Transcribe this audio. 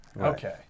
Okay